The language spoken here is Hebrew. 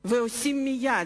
מייד,